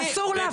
אסור להניף.